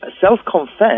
self-confessed